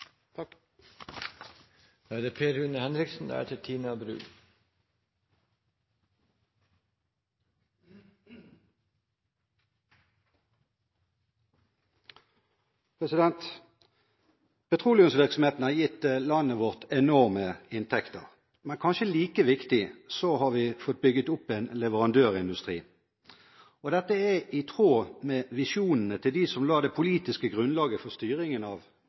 Petroleumsvirksomheten har gitt landet vårt enorme inntekter, men kanskje like viktig er det at vi har fått bygget opp en leverandørindustri. Dette er i tråd med visjonene til dem som la det politiske grunnlaget for styringen av